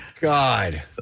God